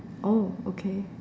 oh okay